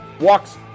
Walks